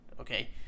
okay